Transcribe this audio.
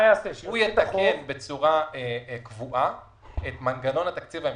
הוא יתקן בצורה קבועה את מנגנון התקציב ההמשכי.